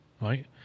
right